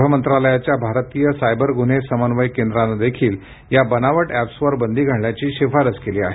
गृह मंत्रालयाच्या भारतीय सायबर गुन्हे समन्वय केंद्रानं देखील या बनावट ऍप्सवर बंदी घालण्याची शिफारस केली आहे